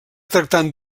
tractant